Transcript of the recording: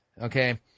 Okay